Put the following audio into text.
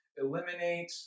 eliminate